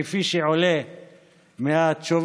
כפי שעולה מהתשובה,